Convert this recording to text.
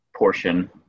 portion